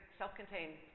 self-contained